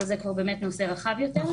אבל זה כבר באמת נושא רחב יותר.